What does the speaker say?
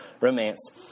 romance